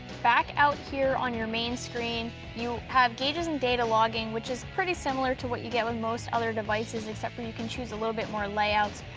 back out here on your main screen you have gauges and data logging which is pretty similar to what you get with most other devices except for you can choose a little but more layouts.